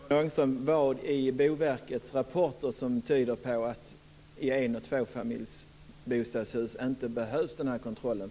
Herr talman! Jag undrar vad det är i Boverkets rapport som tyder på att en ventilationskontroll inte behövs i en och tvåbostadshus.